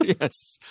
yes